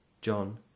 John